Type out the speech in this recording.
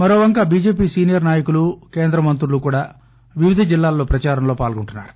మరోవంక BJP senior నాయకులు కేంద్రమంత్రలు కూడా వివిధ జిల్లాలలో ప్రచారంలో పాల్గొంటున్నారు